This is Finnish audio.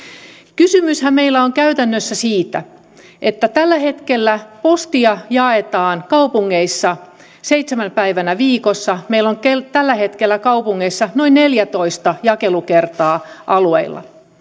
kysymyshän meillä on käytännössä siitä että tällä hetkellä postia jaetaan kaupungeissa seitsemänä päivänä viikossa meillä on tällä hetkellä kaupungeissa noin neljätoista jakelukertaa alueilla